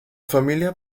familia